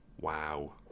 Wow